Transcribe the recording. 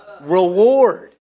reward